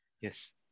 Yes